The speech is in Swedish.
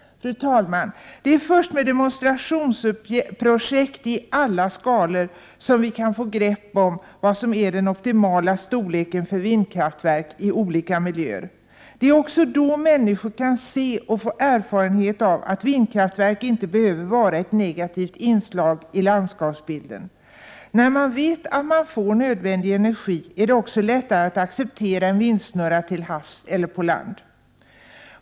Fru talman! Det är först med demonstrationsprojekt i alla skalor som vi kan få grepp om vad som är den optimala storleken för vindkraftverk i olika miljöer. Det är också då människor kan se och få erfarenhet av att vindkraftverk inte behöver vara ett negativt inslag i landskapsbilden. När man vet att man får nödvändig energi är det också lättare att acceptera en 71 vindsnurra till havs eller på land.